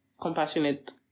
compassionate